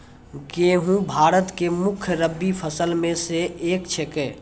गेहूँ भारत के मुख्य रब्बी फसल मॅ स एक छेकै